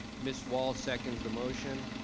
ms. wall seconds the motion.